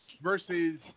versus